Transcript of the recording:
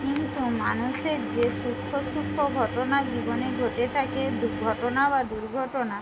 কিন্তু মানুষের যে সূক্ষ্ম সূক্ষ্ম ঘটনা জীবনে ঘটে থাকে ঘটনা বা দুর্ঘটনা